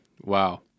Wow